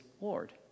Lord